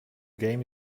game